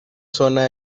zona